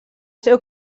seu